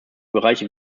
bereiche